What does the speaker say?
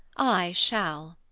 i shall.